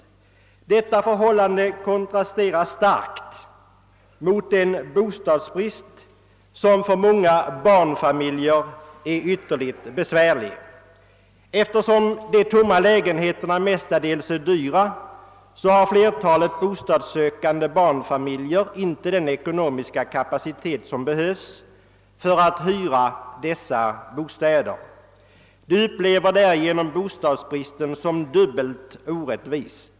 Detta förhållande kontrasterar skarpt mot den bostadsbrist som för många barnfamiljer är ytterligt besvärande. Eftersom de tomma lägenheterna mestadels är dyra, har flertalet bostadssökande barnfamiljer inte den ekonomiska kapacitet som behövs för att hyra dessa bostäder. De upplever därigenom bostadsbristen som dubbelt orättvis.